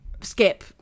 Skip